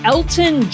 Elton